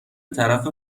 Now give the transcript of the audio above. طرف